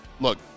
look